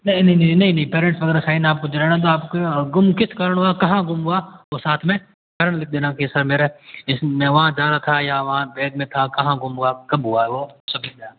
नहीं नहीं नहीं नहीं नहीं पेरेंट्स वगैरह साइन आपको देना नहीं है आपको गुम किस कारण हुआ कहाँ गुम हुआ और साथ में कारण लिख देना कि सर मेरा इस मैं वहाँ जा रहा था या वहाँ बैग में था कहाँ गुम हुआ कब हुआ है वो